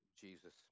Jesus